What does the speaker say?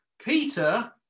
Peter